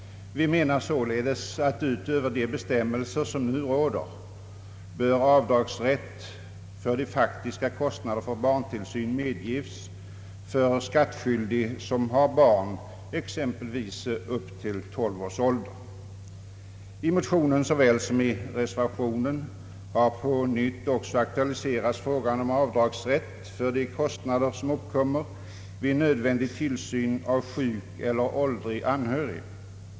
Vi menar således att utöver de bestämmelser som nu råder bör avdragsrätt för de faktiska kostnaderna för barntillsyn medges för skattskyldig som har barn exempelvis under 12 år. I motionen såväl som i reservationen har på nytt också aktualiserats frågan om avdragsrätt för de kostnader som uppkommer vid nödvändig tillsyn av sjuk eller åldrig anhörig.